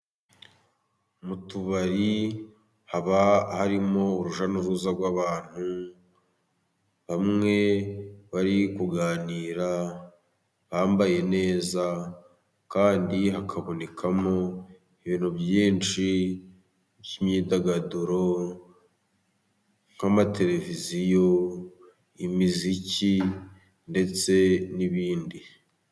Mu tubari haba harimo urujya n'uruza rw'abantu. Bamwe bari kuganira bambaye neza kandi hakabonekamo ibintu byinshi by'imyidagaduro nk'amateleviziyo, imiziki ndetse n'ibindi.